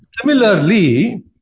Similarly